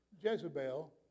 Jezebel